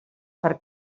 per